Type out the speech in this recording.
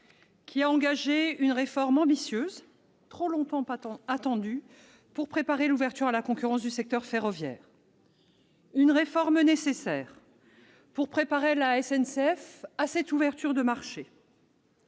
qui a engagé une réforme ambitieuse et trop longtemps attendue pour préparer l'ouverture à la concurrence du secteur ferroviaire. Cette réforme est nécessaire pour préparer la SNCF à l'ouverture du marché.